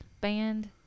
band